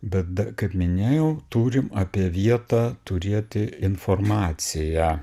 bet da kaip minėjau turim apie vietą turėti informaciją